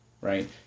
right